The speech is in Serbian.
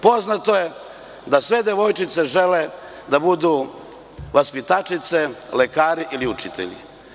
Poznato je da sve devojčice žele da budu vaspitačice, lekari ili učitelji.